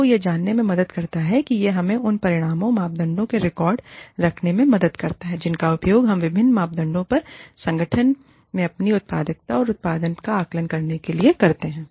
यह आपको यह जानने में हमारी मदद करता है कि यह हमें उन परिमाणित मापदंडों के रिकॉर्ड रखने में मदद करता है जिनका उपयोग हम विभिन्न मापदंडों पर संगठन में अपनी उत्पादकता और उत्पादन का आकलन करने के लिए करते हैं